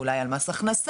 ואולי על מס הכנסה,